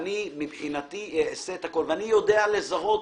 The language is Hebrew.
שאני מבחינתי אעשה את הכול, ואני יודע לזהות